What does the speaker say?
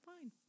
fine